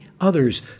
others